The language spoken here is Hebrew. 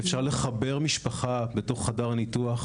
אפשר לחבר משפחה בתוך חדר הניתוח.